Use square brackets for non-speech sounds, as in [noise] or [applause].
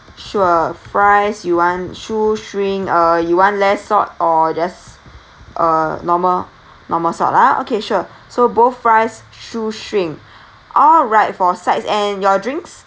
sure fries you want shoestring uh you want less salt or just uh normal normal salt ah okay sure [breath] so both fries shoestring [breath] alright for sides and your drinks